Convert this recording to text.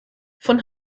von